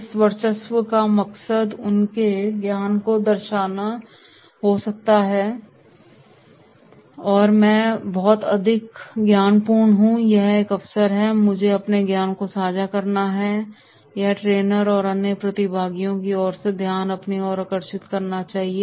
इस वर्चस्व का मकसद उनके ज्ञान को दर्शाना हो सकता है कि मैं बहुत अधिक ज्ञानपूर्ण हूं और इसलिए यह एक अवसर है कि मुझे अपने ज्ञान को साझा करना चाहिए या ट्रेनर या अन्य प्रतिभागियों की और से ध्यान अपनी ओर आकर्षित करना चाहिए